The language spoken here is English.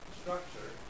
structure